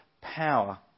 power